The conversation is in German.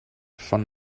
von